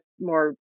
more